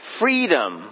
freedom